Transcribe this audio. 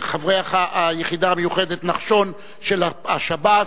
חברי היחידה המיוחדת נחשון של השב"ס.